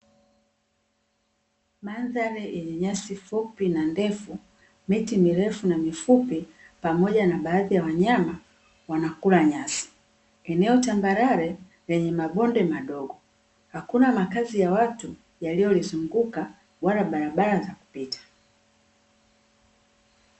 Mandhari yenye nyasi fupi na ndefu, miti mirefu na mifupi pamoja na baadhi ya wanyama wanakula nyasi, eneo tambarale lenye mabonde madogo hakuna makazi ya watu yaliyolizinguka wala barabara za kupita.